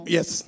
Yes